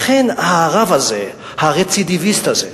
לכן הרב הזה, הרצידיביסט הזה,